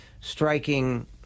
striking